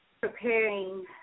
preparing